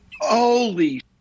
Holy